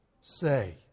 say